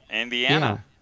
Indiana